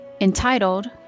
entitled